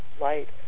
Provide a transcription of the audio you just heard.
light